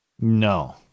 No